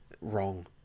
wrong